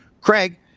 Craig